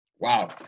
Wow